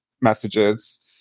messages